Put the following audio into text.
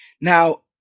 Now